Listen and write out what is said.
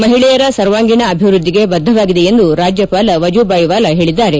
ಮಹಿಳೆಯರ ಸರ್ವಾಂಗೀಣ ಅಭಿವ್ಯದ್ಧಿಗೆ ಬದ್ದವಾಗಿದೆ ಎಂದು ರಾಜ್ಯಪಾಲ ವಜೂಭಾಯಿ ವಾಲಾ ಹೇಳಿದ್ದಾರೆ